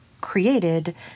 created